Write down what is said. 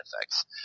effects